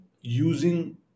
using